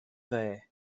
dde